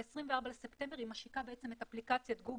ב-24 בספטמבר היא משיקה בעצם את אפליקציית גוגל-אפל.